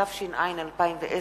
התש"ע 2010,